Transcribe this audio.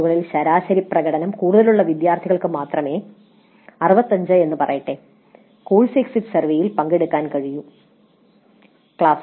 ടെസ്റ്റുകളിൽ ശരാശരി പ്രകടനം കൂടുതലുള്ള വിദ്യാർത്ഥികൾക്ക് മാത്രമേ 65 എന്ന് പറയട്ടെ കോഴ്സ് എക്സിറ്റ് സർവേയിൽ പങ്കെടുക്കാൻ കഴിയൂ